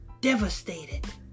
Devastated